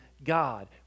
God